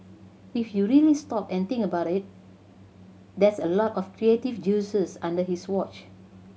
if you really stop and think about it that's a lot of creative juices under his watch